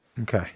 Okay